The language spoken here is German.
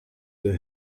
der